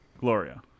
Gloria